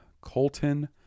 Colton